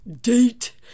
date